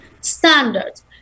standards